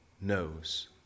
knows